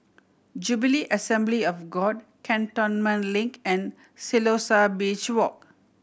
Jubilee Assembly of God Cantonment Link and Siloso Beach Walk